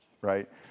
right